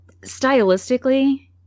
stylistically